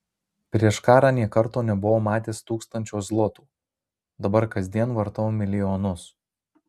prieš karą nė karto nebuvau matęs tūkstančio zlotų dabar kasdien vartau milijonus